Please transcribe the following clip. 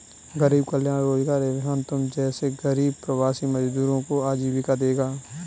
गरीब कल्याण रोजगार अभियान तुम जैसे गरीब प्रवासी मजदूरों को आजीविका देगा